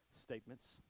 statements